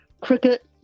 cricket